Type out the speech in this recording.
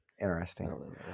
Interesting